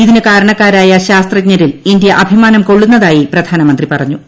ഇതിന് കാരണക്കാരായ ശാസ്ത്രജ്ഞരിൽ ഇന്ത്യ അഭിമാനം കൊള്ളുന്നതായി പ്രധാനമന്ത്രി പറഞ്ഞു